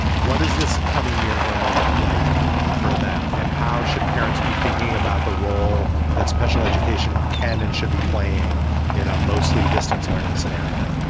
what is this coming year are going to look like for them? and how should parents be thinking about the role that special education can and should be playing in a mostly distance learning scenario?